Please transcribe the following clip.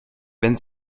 wenn